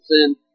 sin